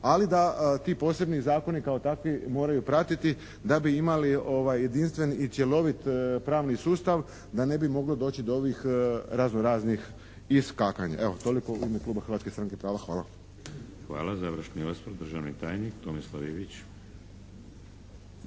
ali da ti posebni zakoni kao takvi moraju pratiti da bi imali jedinstven i cjelovit pravni sustav, da ne bi moglo doći do ovih raznoraznih iskakanja. Evo toliko u ime Kluba Hrvatske stranke prava. Hvala. **Šeks, Vladimir (HDZ)** Hvala. Završni osvrt državni tajnik Tomislav Ivić.